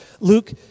Luke